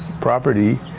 property